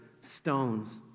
stones